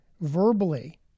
verbally